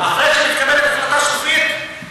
אחרי שמתקבלת החלטה סופית,